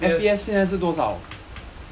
我的 F_P_S